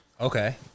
Okay